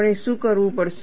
આપણે શું કરવું પડશે